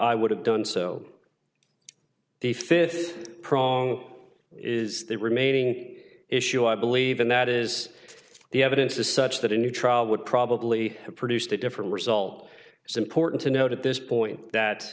i would have done so the fifth prong is the remaining issue i believe and that is the evidence is such that a new trial would probably have produced a different result it's important to note at this point that